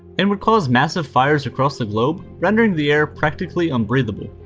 and would cause massive fires across the globe rendering the air practically unbreathable.